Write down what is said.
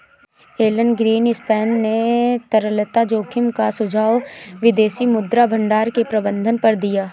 Elon Greenspan ने तरलता जोखिम का सुझाव विदेशी मुद्रा भंडार के प्रबंधन पर दिया